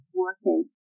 working